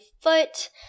foot